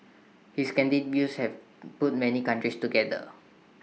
his candid views have put many countries together